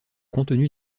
contenu